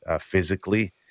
physically